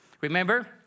remember